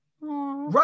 right